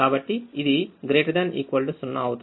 కాబట్టి ఇది ≥ 0 అవుతుంది